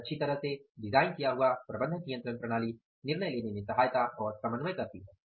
एक अच्छी तरह से डिजाइन किया हुआ प्रबंधन नियंत्रण प्रणाली निर्णय लेने में सहायता और समन्वय करती है